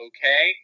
Okay